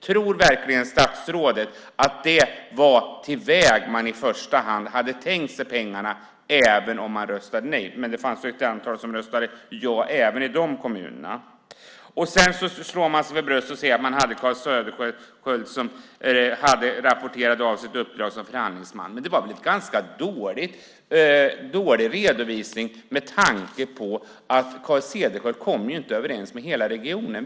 Tror verkligen statsrådet att det var till väg man i första hand hade tänkt att pengarna skulle gå även om man röstade nej? Det fanns väl ett antal som röstade ja även i de kommunerna. Man slår sig för bröstet och säger att man hade Carl Cederschiöld som rapporterade av sitt uppdrag som förhandlingsman. Men det var väl en ganska dålig redovisning, med tanke på att Carl Cederschiöld inte kom överens med hela regionen.